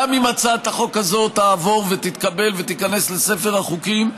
גם אם הצעת החוק הזאת תעבור ותתקבל ותיכנס לספר החוקים,